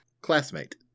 classmate